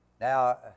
Now